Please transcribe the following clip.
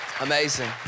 Amazing